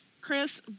Chris